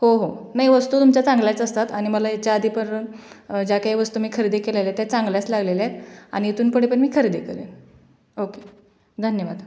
हो हो नाही वस्तू तुमच्या चांगल्याच असतात आणि मला येच्या आधी पण ज्या काही वस्तू मी खरेदी केलेल्या आहे त्या चांगल्याच लागलेल्या आहेत आणि इथून पुढे पण मी खरेदी करेन ओके धन्यवाद